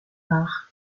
bach